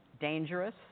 dangerous